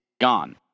gone